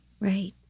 Right